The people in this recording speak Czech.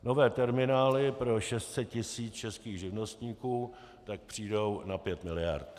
Nové terminály pro 600 tis. českých živnostníků tak přijdou na 5 miliard.